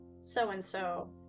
so-and-so